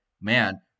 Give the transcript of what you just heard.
Man